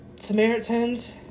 Samaritans